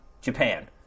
Japan